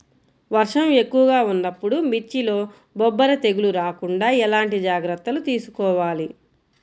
వర్షం ఎక్కువగా ఉన్నప్పుడు మిర్చిలో బొబ్బర తెగులు రాకుండా ఎలాంటి జాగ్రత్తలు తీసుకోవాలి?